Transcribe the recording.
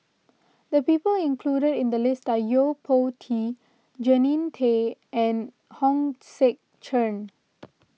the people included in the list are Yo Po Tee Jannie Tay and Hong Sek Chern